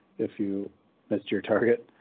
if you missed your target